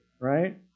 Right